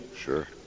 Sure